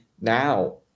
now